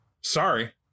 Sorry